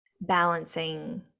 balancing